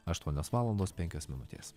aštuonios valandos penkios minutės